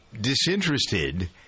disinterested